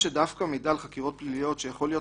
דווקא מידע על חקירות פליליות שיכול להיות